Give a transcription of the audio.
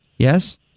Yes